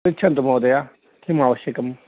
पृच्छन्तु महोदयः किम् आवश्यकम्